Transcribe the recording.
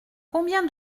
combien